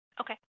Okay